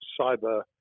cyber